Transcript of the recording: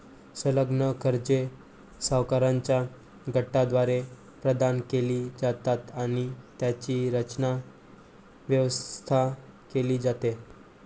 संलग्न कर्जे सावकारांच्या गटाद्वारे प्रदान केली जातात आणि त्यांची रचना, व्यवस्था केली जाते